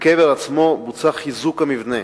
בקבר עצמו בוצע חיזוק המבנה,